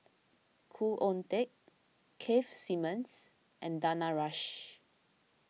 Khoo Oon Teik Keith Simmons and Danaraj